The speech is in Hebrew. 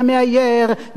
והמאייר,